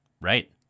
Right